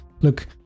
look